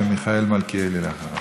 ומיכאל מלכיאלי אחריו.